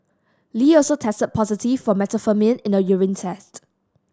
Lee also tested positive for methamphetamine in a urine test